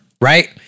right